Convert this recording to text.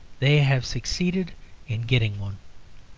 they have succeeded in getting one.